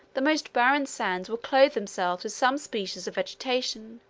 the most barren sands will clothe themselves with some species of vegetation,